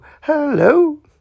Hello